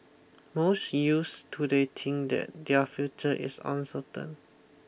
most youths today think that their future is uncertain